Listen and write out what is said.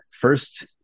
first